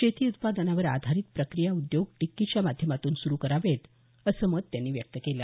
शेती उत्पादनावर आधारित प्रक्रिया उद्योग डिक्कीच्या माधमातून सुरू करावेत असं मत त्यांनी यावेळी व्यक्त केलं